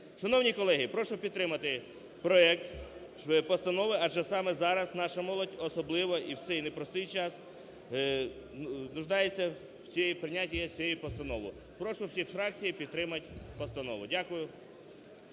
Шановні колеги, прошу підтримати проект постанови, адже саме зараз наша молодь особлива і в цей непростий час нуждається в прийнятті цієї постанови. Прошу всі фракції підтримати постанову. Дякую.